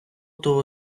того